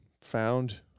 found